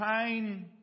pain